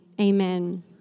amen